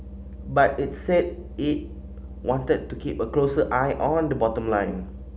but it's said it wanted to keep a closer eye on the bottom line